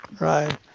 right